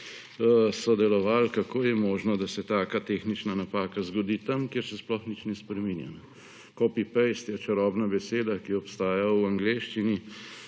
sodelovali. Kako je možno, da se taka tehnična napaka zgodi tam, kjer se sploh nič ne spreminja. »Copy-paste« je čarobna beseda, ki obstaja v angleščini